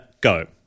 go